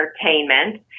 entertainment